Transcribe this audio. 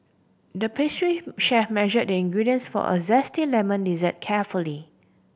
the pastry chef measured the ingredients for a zesty lemon dessert carefully